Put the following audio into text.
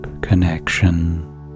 connection